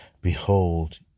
Behold